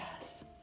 yes